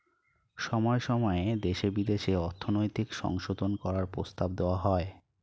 সময়ে সময়ে দেশে বিদেশে অর্থনৈতিক সংশোধন করার প্রস্তাব দেওয়া হয়